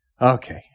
Okay